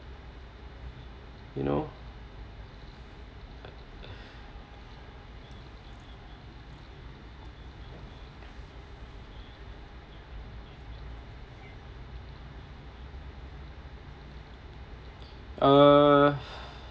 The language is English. you know uh